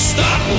Stop